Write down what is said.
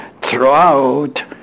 throughout